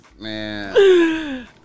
Man